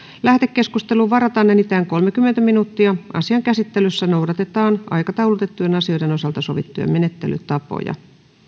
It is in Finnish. lähetekeskusteluun varataan enintään kolmekymmentä minuuttia asian käsittelyssä noudatetaan aikataulutettujen asioiden osalta sovittuja menettelytapoja